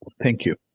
thank you.